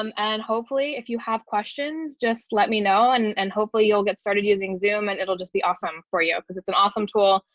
um and hopefully if you have questions, just let me know and and hopefully you'll get started using zoom and it'll just be awesome for you because it's an awesome tool,